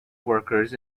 workers